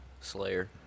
Slayer